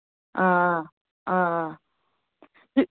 آ آ آ آ